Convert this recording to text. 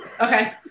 Okay